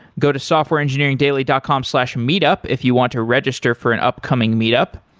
go to softwareengineeringdaily dot com slash meetup if you want to register for an upcoming meetup.